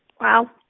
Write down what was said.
wow